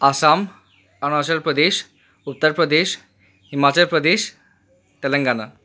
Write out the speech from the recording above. Assam Arunachal Pradesh Uttar Pradesh Himachal Pradesh Telangana